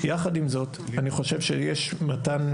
אני אוהב את ההגדרה.